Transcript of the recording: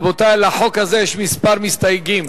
רבותי, לחוק הזה יש כמה מסתייגים.